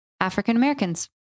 African-Americans